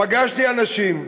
פגשתי אנשים,